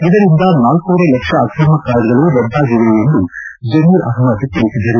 ಇದರಿಂದ ನಾಲ್ಕೂವರೆ ಲಕ್ಷ ಅಕ್ರಮ ಕಾರ್ಡ್ಗಳು ರದ್ದಾಗಿದೆ ಎಂದು ಜಮೀರ್ ಅಹ್ಬದ್ ತಿಳಿಸಿದರು